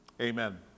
Amen